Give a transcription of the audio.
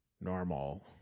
Normal